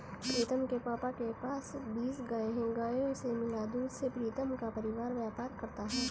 प्रीतम के पापा के पास बीस गाय हैं गायों से मिला दूध से प्रीतम का परिवार व्यापार करता है